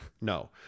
No